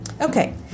Okay